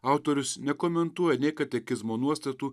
autorius nekomentuoja nei katekizmo nuostatų